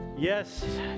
Yes